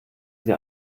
sie